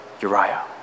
Uriah